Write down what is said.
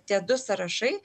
tie du sąrašai